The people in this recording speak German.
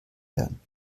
werden